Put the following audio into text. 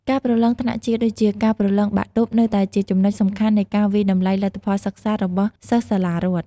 ការប្រឡងថ្នាក់ជាតិ ដូចជាការប្រឡងបាក់ឌុបនៅតែជាចំណុចសំខាន់នៃការវាយតម្លៃលទ្ធផលសិក្សារបស់សិស្សសាលារដ្ឋ។